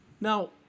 Now